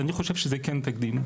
אז אני חושב שזה כן תקדים,